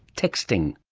texting.